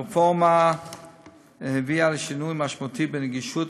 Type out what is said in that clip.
הרפורמה הביאה לשינוי משמעותי בנגישות